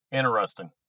Interesting